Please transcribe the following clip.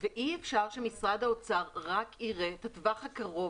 ואי אפשר שמשרד האוצר רק יראה את הטווח הקרוב